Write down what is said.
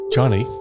Johnny